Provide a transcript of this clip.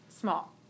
Small